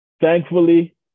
thankfully